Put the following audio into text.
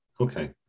Okay